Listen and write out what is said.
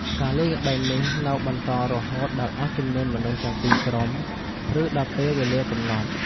ការលេងល្បែងនេះនៅបន្តរហូតដល់អស់ចំនួនមនុស្សទាំងពីរក្រុម ឬដល់ពេលវេលាកំណត់។